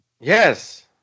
Yes